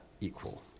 equal